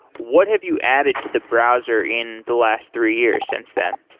what have you added to the browser in the last three years since then?